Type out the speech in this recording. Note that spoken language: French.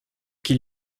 qui